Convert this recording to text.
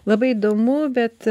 labai įdomu bet